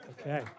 Okay